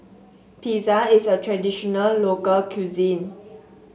pizza is a traditional local cuisine